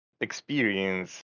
experience